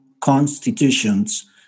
constitutions